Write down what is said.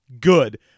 Good